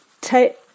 take